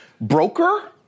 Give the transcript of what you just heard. Broker